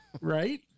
Right